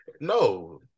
No